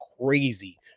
crazy